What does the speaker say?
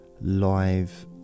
live